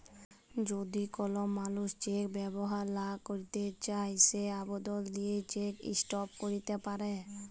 যদি কল মালুস চ্যাক ব্যাভার লা ক্যইরতে চায় সে আবদল দিঁয়ে চ্যাক ইস্টপ ক্যইরতে পারে